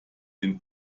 den